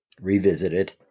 revisited